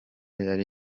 yari